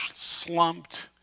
slumped